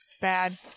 bad